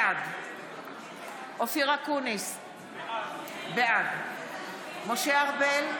בעד אופיר אקוניס, בעד משה ארבל,